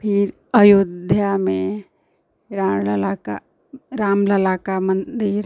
फिर अयोध्या में रामलला का रामलला का मन्दिर